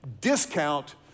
discount